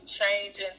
changing